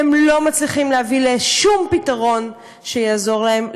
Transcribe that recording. הם לא מצליחים להביא שום פתרון שיעזור להן,